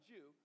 Jew